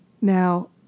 Now